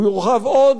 הוא יורחב עוד,